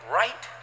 right